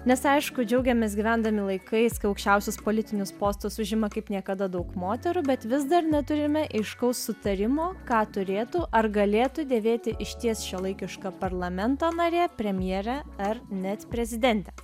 mes aišku džiaugiamės gyvendami laikais kai aukščiausius politinius postus užima kaip niekada daug moterų bet vis dar neturime aiškaus sutarimo ką turėtų ar galėtų dėvėti išties šiuolaikiška parlamento narė premjerė ar net prezidentė